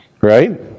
Right